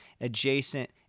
adjacent